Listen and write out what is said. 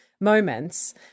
moments